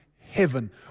heaven